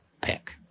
pick